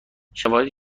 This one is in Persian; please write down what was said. شواهدی